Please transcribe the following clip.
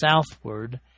southward